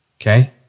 okay